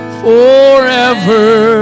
forever